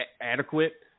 adequate